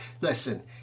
Listen